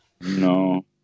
No